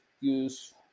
use